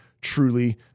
truly